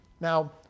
Now